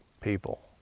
people